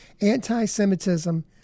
anti-semitism